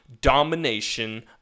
domination